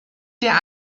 der